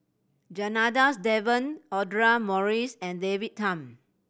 Janadas Devan Audra Morrice and David Tham